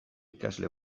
ikasle